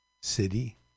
city